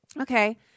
okay